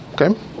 Okay